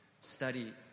study